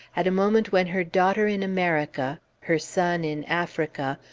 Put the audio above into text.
at a moment when her daughter in america, her son in africa,